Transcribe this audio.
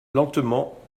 lentement